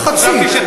חשבתי שתגיד,